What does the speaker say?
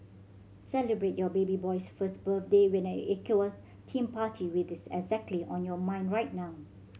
celebrate your baby boy's first birthday with an aqua theme party with this exactly on your mind right now